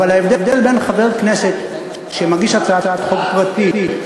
אבל ההבדל בין חבר כנסת שמגיש הצעת חוק פרטית,